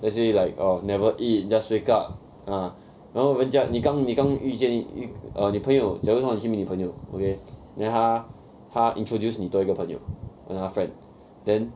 let's say like uh never eat just wake up ah 然后人家你刚你刚遇见 err 朋友假如他是你朋友 okay then 他他 introduce 你多一个朋友 then 他 friend then